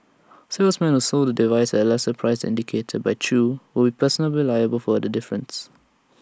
salesmen who sold the devices at A lesser price than indicated by chew would be personally liable for the difference